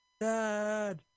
Dad